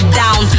down